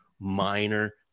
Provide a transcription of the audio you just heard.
minor